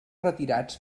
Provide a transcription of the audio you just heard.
retirats